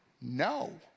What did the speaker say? No